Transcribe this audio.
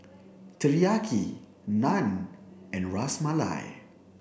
Teriyaki Naan and Ras Malai